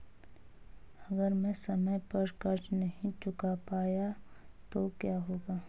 अगर मैं समय पर कर्ज़ नहीं चुका पाया तो क्या होगा?